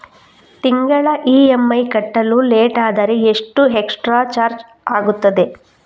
ತಿಂಗಳ ಇ.ಎಂ.ಐ ಕಟ್ಟಲು ಲೇಟಾದರೆ ಎಷ್ಟು ಎಕ್ಸ್ಟ್ರಾ ಚಾರ್ಜ್ ಆಗುತ್ತದೆ?